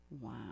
Wow